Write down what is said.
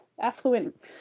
affluent